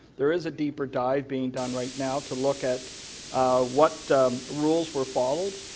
there is a deeper dive being done right now to look at what rules were followed,